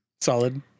Solid